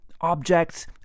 objects